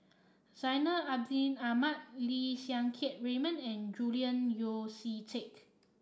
Zainal Abidin Ahmad Lim Siang Keat Raymond and Julian Yeo See Teck